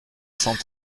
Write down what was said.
cent